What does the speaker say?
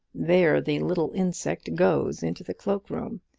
there the little insect goes into the cloakroom.